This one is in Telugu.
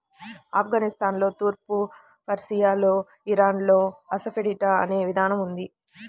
ఆఫ్ఘనిస్తాన్లో, తూర్పు పర్షియాలో, ఇరాన్లో అసఫెటిడా అనే విధానం ఉంది